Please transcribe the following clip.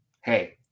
Hey